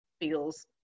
feels